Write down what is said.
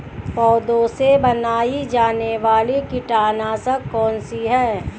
पौधों से बनाई जाने वाली कीटनाशक कौन सी है?